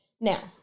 Now